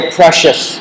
precious